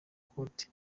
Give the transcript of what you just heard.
code